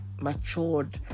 matured